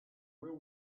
will